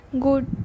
Good